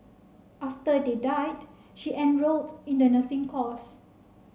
after they died she enrolled in the nursing course